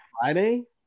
Friday